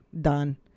Done